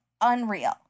Unreal